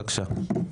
בבקשה.